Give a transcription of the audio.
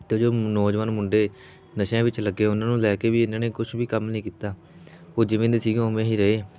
ਅਤੇ ਉਹ ਜੋ ਨੌਜਵਾਨ ਮੁੰਡੇ ਨਸ਼ਿਆਂ ਵਿੱਚ ਲੱਗੇ ਉਹਨਾਂ ਨੂੰ ਲੈ ਕੇ ਵੀ ਇਹਨਾਂ ਨੇ ਕੁਛ ਵੀ ਕੰਮ ਨਹੀਂ ਕੀਤਾ ਉਹ ਜਿਵੇਂ ਦੇ ਸੀਗੇ ਉਵੇਂ ਹੀ ਰਹੇ